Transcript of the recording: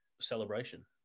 celebration